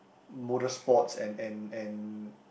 motor sports and and and